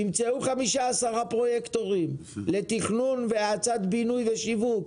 תמצאו 5-10 פרויקטורים לתכנון והאצת בינוי ושיווק,